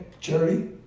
charity